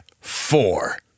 four